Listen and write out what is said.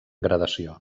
gradació